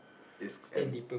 east am